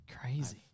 crazy